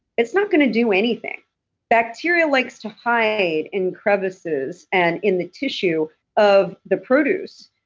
it's not going to do anything bacteria likes to hide in crevices and in the tissue of the produce.